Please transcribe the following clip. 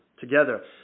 together